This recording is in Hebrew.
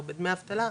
או בדמי אבטלה,